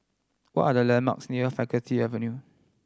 what are the landmarks near Faculty Avenue